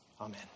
Amen